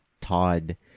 Todd